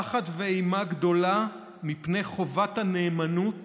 פחד ואימה גדולה מפני חובת הנאמנות